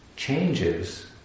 changes